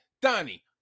Donnie